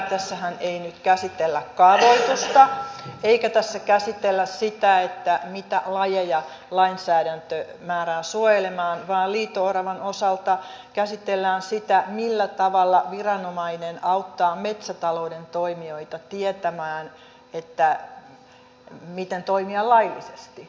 tässähän ei nyt käsitellä kaavoitusta eikä tässä käsitellä sitä mitä lajeja lainsäädäntö määrää suojelemaan vaan liito oravan osalta käsitellään sitä millä tavalla viranomainen auttaa metsätalouden toimijoita tietämään miten toimia laillisesti